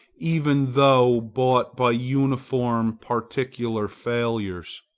even though bought by uniform particular failures.